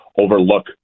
Overlook